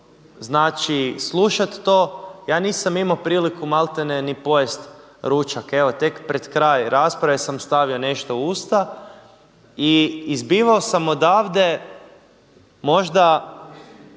znači slušati to. Ja nisam imao priliku maltene ni pojest ručak. Evo tek pred kraj rasprave sam stavio nešto u usta i izbivao sam odavde možda